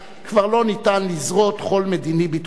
כבר לא ניתן לזרות חול מדיני-ביטחוני.